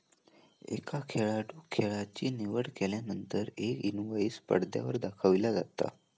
एका खेळाडूं खेळाची निवड केल्यानंतर एक इनवाईस पडद्यावर दाखविला जाता